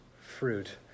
fruit